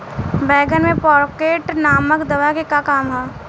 बैंगन में पॉकेट नामक दवा के का काम ह?